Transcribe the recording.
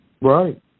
Right